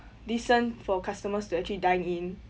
decent for customers to actually dine in